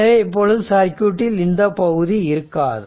எனவே இப்பொழுது சர்க்யூட்டில் இந்தப் பகுதி இருக்காது